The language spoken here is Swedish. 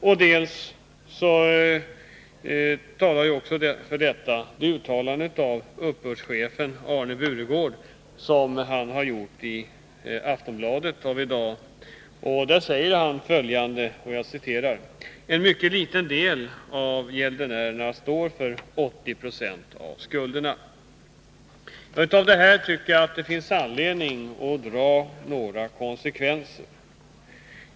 För detta talar också ett uttalande av uppbördschefen Arne Buregård i dagens Aftonbladet. Där säger han: ”En mycket liten del av gäldenärerna står för 80 76 av skulderna.” Jag tycker det finns anledning att dra några slutsatser av detta.